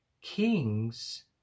kings